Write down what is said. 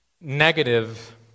negative